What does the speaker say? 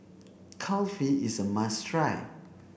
Kulfi is a must try